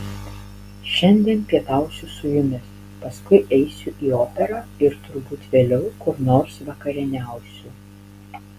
šiandien pietausiu su jumis paskui eisiu į operą ir turbūt vėliau kur nors vakarieniausiu